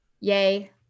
Yay